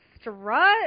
strut